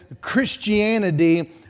Christianity